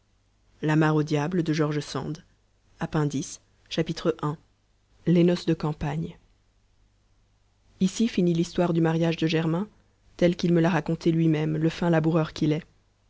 appendice i les noces de campagne ici finit l'histoire du mariage de germain telle qu'il me l'a racontée lui-même le fin laboureur qu'il est